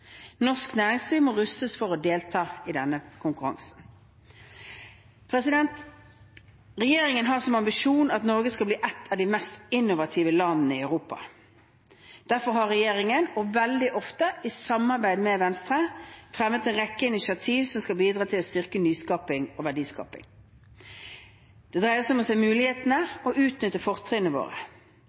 Norsk næringsliv må rustes for å delta i denne konkurransen. Regjeringen har som ambisjon at Norge skal bli et av de mest innovative landene i Europa. Derfor har regjeringen – veldig ofte i samarbeid med Venstre – fremmet en rekke initiativ som skal bidra til å styrke nyskaping og verdiskaping. Det dreier seg om å se mulighetene og utnytte fortrinnene våre.